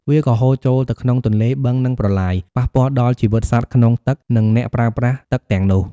វាក៏ហូរចូលទៅក្នុងទន្លេ បឹង និងប្រឡាយ ប៉ះពាល់ដល់ជីវិតសត្វក្នុងទឹក និងអ្នកប្រើប្រាស់ទឹកទាំងនោះ។